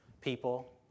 people